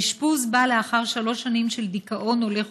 האשפוז בא לאחר שלוש שנים של דיכאון הולך